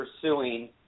pursuing